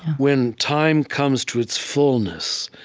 when time comes to its fullness,